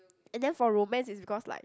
and then for romance is because like